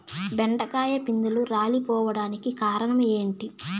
బెండకాయ పిందెలు రాలిపోవడానికి కారణం ఏంటి?